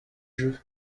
jeux